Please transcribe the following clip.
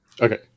Okay